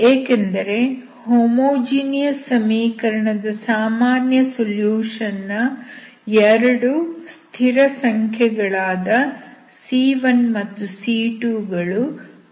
ಏಕೆಂದರೆ ಹೋಮೋಜಿನಿಯಸ್ ಸಮೀಕರಣದ ಸಾಮಾನ್ಯ ಸೊಲ್ಯೂಷನ್ ನ 2 ಸ್ಥಿರ ಸಂಖ್ಯೆಗಳಾದ c1 ಮತ್ತು c2 ಗಳು ಅದರಲ್ಲಿವೆ